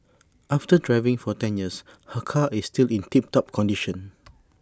after driving for ten years her car is still in tip top condition